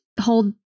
hold